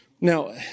Now